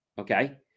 okay